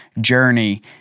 journey